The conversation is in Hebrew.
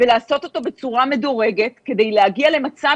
ולעשות את זה בצורה מדורגת כדי להגיע למצב